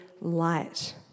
light